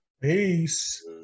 Peace